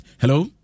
Hello